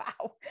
wow